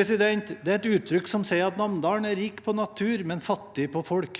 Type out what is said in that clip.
er studenter. Det er et uttrykk som sier at Namdalen er rik på natur, men fattig på folk.